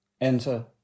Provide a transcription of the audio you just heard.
Enter